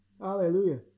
Hallelujah